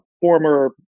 former